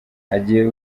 agiye